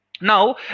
Now